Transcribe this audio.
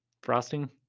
Frosting